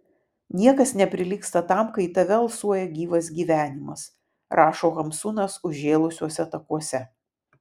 niekas neprilygsta tam kai į tave alsuoja gyvas gyvenimas rašo hamsunas užžėlusiuose takuose